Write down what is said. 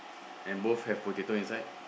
and both have potato inside